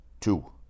Two